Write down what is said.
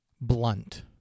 blunt